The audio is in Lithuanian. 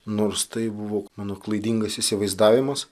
nors tai buvo mano klaidingas įsivaizdavimas